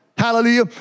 Hallelujah